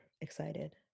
excited